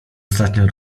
ostatnio